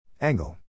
Angle